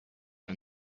and